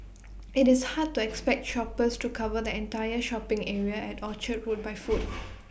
IT is hard to expect shoppers to cover the entire shopping area at Orchard road by foot